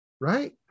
right